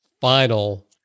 final